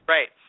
Right